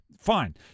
Fine